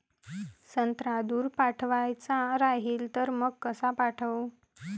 संत्रा दूर पाठवायचा राहिन तर मंग कस पाठवू?